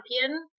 champion